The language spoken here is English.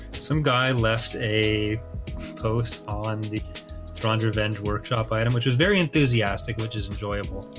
some guy left a post on the hans revenge workshop item which was very enthusiastic which is enjoyable,